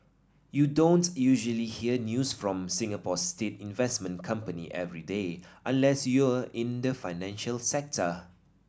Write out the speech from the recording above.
you don't usually hear news from Singapore's state investment company every day unless you're in the financial sector